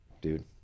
dude